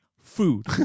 Food